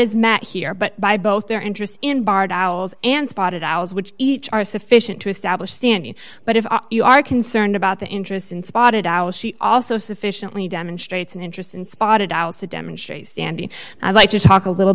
met here but by both their interest in bar towels and spotted owls which each are sufficient to establish standing but if you are concerned about the interest in spotted owl she also sufficiently demonstrates an interest in spotted owls to demonstrate standing i'd like to talk a little